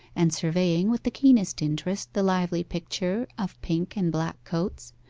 and surveying with the keenest interest the lively picture of pink and black coats,